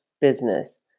business